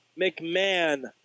mcmahon